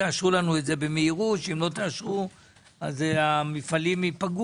תאשרו לנו את זה במהירות כי אם לא תאשרו המפעלים ייפגעו,